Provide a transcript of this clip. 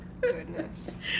goodness